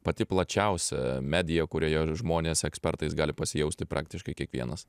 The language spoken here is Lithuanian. pati plačiausia medija kurioje žmonės ekspertais gali pasijausti praktiškai kiekvienas